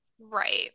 right